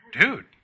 dude